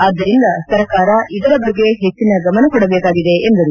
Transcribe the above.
ಆದ್ದರಿಂದ ಸರ್ಕಾರ ಇದರ ಬಗ್ಗೆ ಹೆಚ್ಚಿನ ಗಮನ ಕೊಡಬೇಕಾಗಿದೆ ಎಂದರು